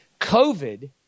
covid